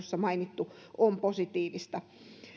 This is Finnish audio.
on mainittu on positiivista